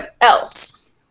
else